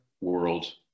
world